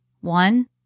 One